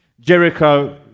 Jericho